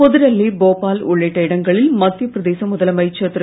புதுடில்லி போபால் உள்ளிட்ட இடங்களில் மத்தியப் பிரதேச முதலமைச்சர் திரு